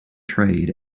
trade